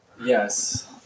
Yes